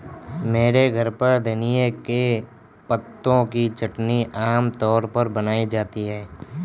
मेरे घर पर धनिए के पत्तों की चटनी आम तौर पर बनाई जाती है